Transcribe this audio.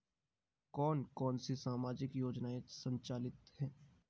कौन कौनसी सामाजिक योजनाएँ संचालित है?